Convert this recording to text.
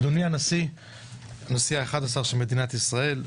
אדוני הנשיא האחת-עשר של מדינת ישראל,